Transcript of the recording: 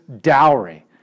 dowry